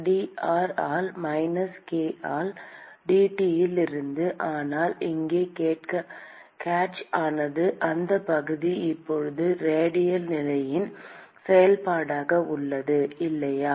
Dr ஆல் minus k ல் dT இல் இருந்து ஆனால் இங்கே கேட்ச் ஆனது அந்த பகுதி இப்போது ரேடியல் நிலையின் செயல்பாடாக உள்ளது இல்லையா